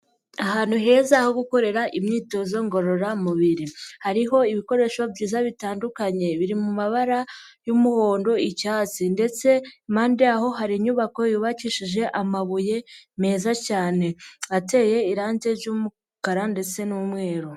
Ahantu heza ho gukorera imyitozo ngororamubiri. Hariho ibikoresho byiza bitandukanye biri mu mabara y'umuhondo, icyatsi. Ndetse impande y'aho hari inyubako yubakishije amabuye meza cyane. Ateye irangi ry'umukara ndetse n'umweru.